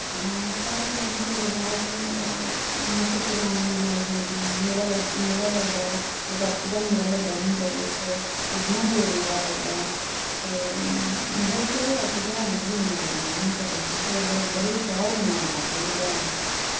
साढ़े जैदातर रवाज मकर संक्रांत मनाई जंदी मेला लगदा मेला लगदा बसाखी दा मेला लगदा उधमपुरै बिच सुद्धमहादेव मेला लगदा ते